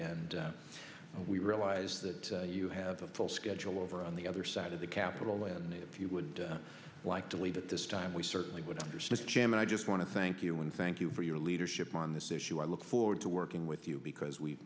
and we realize that you have a full schedule over on the other side of the capitol and if you would like to leave at this time we certainly would understand i just want to thank you and thank you for your leadership on this issue i look forward to working with you because we